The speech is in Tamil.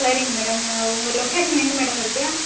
சரிங்க மேடம் உங்கள் லொகேஷன் எங்கே மேடம் இருக்குது